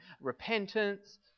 repentance